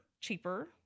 cheaper